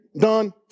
done